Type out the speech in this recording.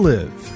Live